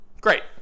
Great